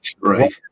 Right